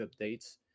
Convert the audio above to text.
updates